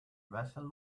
vessel